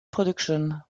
production